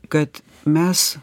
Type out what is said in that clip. kad mes